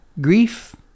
grief